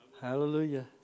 Hallelujah